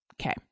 Okay